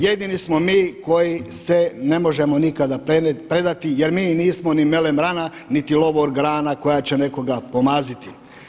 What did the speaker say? Jedini smo mi koji se ne možemo nikada predati, jer mi nismo ni melem rana, niti lovor grana koja će nekoga pomaziti.